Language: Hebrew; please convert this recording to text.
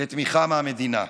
לתמיכה מהמדינה.